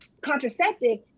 contraceptive